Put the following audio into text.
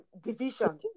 division